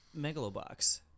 Megalobox